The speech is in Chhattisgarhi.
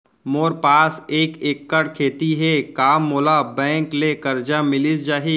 मोर पास एक एक्कड़ खेती हे का मोला बैंक ले करजा मिलिस जाही?